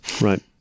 Right